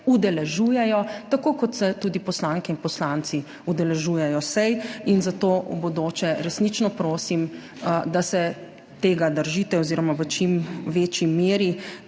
udeležujejo, tako kot se tudi poslanke in poslanci udeležujejo sej. In zato v bodoče resnično prosim, da se tega držite oziroma si v čim večji meri